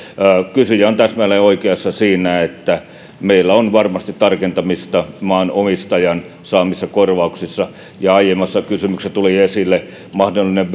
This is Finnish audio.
kysyjä on täsmälleen oikeassa siinä että meillä on varmasti tarkentamista maanomistajan saamissa korvauksissa ja aiemmassa kysymyksessä tuli esille mahdollinen